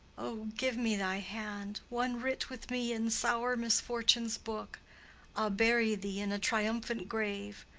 o, give me thy hand, one writ with me in sour misfortune's book! i'll bury thee in a triumphant grave.